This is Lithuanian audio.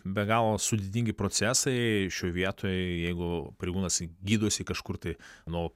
be galo sudėtingi procesai šioj vietoj jeigu pareigūnas gydosi kažkur tai nuo